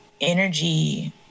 energy